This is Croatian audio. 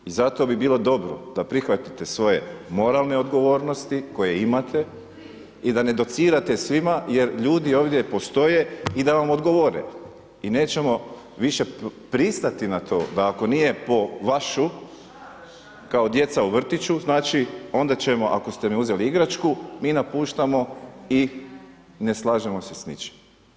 I zato bi bilo dobro da prihvatite svoje moralne odgovornosti koje imate i da ne docirate svima jer ljudi ovdje postoje i da vam odgovore i nećemo više pristati na to, da ako nije po vašem, kao djeca u vrtiću, znači, onda ćemo ako ste mi uzeli igračku, mi napuštamo i ne slažemo se s ničim.